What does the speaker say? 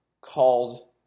called